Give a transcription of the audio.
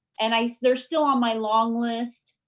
and i mean they're still on my long list.